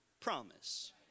promise